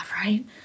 right